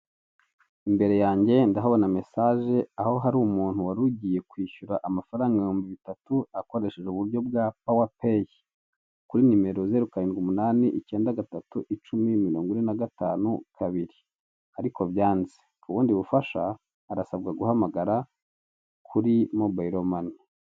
Imbere yange ndahabona mesaje aho hari umuntu warugiye kwishyura amafaranga ibihumbi bitatu akoresheje uburyo bwa pawa peyi, kuri nimero zero karindwi umunani ikenda gatatu icumi mirongo ine na gatanu kabiri ariko byanze ubundi bufasha arasabwa guhamagara kuri mobayiro mani.